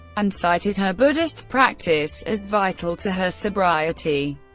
and cited her buddhist practice as vital to her sobriety.